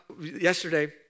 yesterday